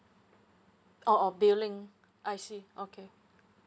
orh orh billing I see okay